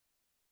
תודה.